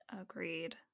Agreed